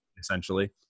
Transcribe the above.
essentially